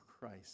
Christ